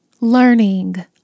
learning